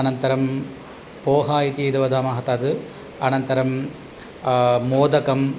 अनन्तरं पोहा इति यद् वदामः तद् अनन्तरं मोदकम्